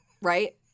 Right